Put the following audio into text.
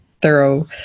thorough